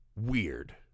weird